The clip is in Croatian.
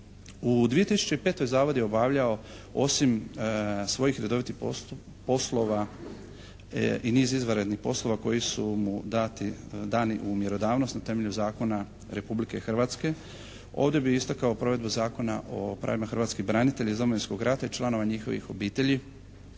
U 2005. zavod je obavljao osim svojih redovitih poslova i niz izvanrednih poslova koji su mu dani u mjerodavnost na temelju Zakona Republike Hrvatske. Ovdje bih istakao provedbu Zakona o pravima hrvatskih branitelja iz Domovinskog rata i članova njihovih obitelji